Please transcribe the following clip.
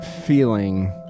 feeling